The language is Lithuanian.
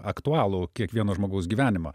aktualų kiekvieno žmogaus gyvenimą